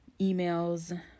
emails